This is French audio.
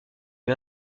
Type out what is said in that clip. lui